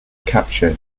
capture